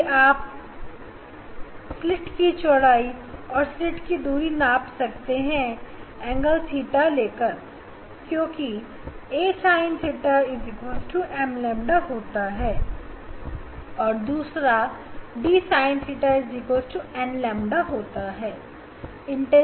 यहां भी आप स्लिट की चौड़ाई और स्लिट की दूरी माप सकते हैं एंगल थीटा से लेकर क्योंकि एक a sin theta m lambda होता है और दूसरा d sin theta equal to n lambda होता है